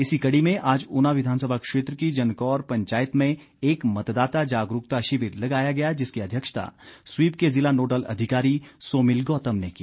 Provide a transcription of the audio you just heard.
इसी कड़ी में आज ऊना विधानसभा क्षेत्र की जनकौर पंचायत में एक मतदाता जागरूकता शिविर लगाया गया जिसकी अध्यक्षता स्वीप के जिला नोडल अधिकारी सोमिल गौतम ने की